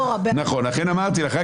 לכן אמרתי לך,